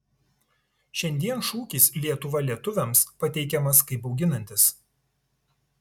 šiandien šūkis lietuva lietuviams pateikiamas kaip bauginantis